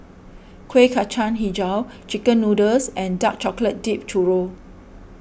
Kueh Kacang HiJau Chicken Noodles and Dark Chocolate Dipped Churro